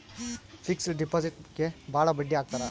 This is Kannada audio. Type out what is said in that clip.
ಫಿಕ್ಸೆಡ್ ಡಿಪಾಸಿಟ್ಗೆ ಭಾಳ ಬಡ್ಡಿ ಹಾಕ್ತರ